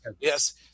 yes